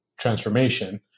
transformation